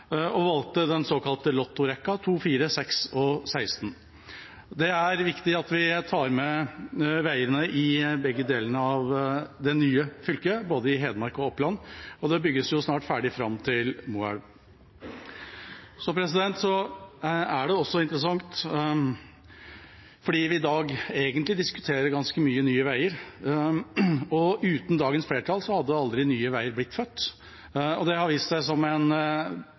og valgte den såkalte lottorekka: 2–4–6–16. Det er viktig at vi tar med veiene i begge delene av det nye fylket, både i Hedmark og i Oppland, og det bygges snart ferdig fram til Moelv. Så er det også interessant – fordi vi i dag egentlig diskuterer ganske mye Nye Veier – at uten dagens flertall hadde aldri Nye Veier blitt født. Det har vist seg som en